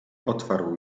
otwarł